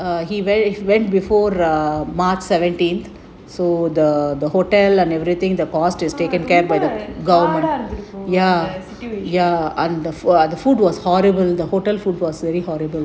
இருந்துருக்கும்:irunthurukum the situation